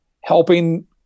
helping